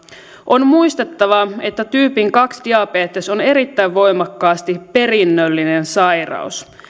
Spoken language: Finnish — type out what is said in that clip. on muistettava että tyypin kaksi diabetes on erittäin voimakkaasti perinnöllinen sairaus